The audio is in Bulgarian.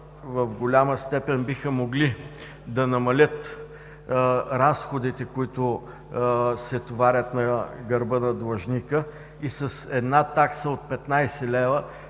в голяма степен биха могли да намалят разходите, които се товарят на гърба на длъжника, и с една такса от 15 лв.